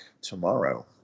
tomorrow